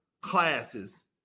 classes